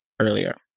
earlier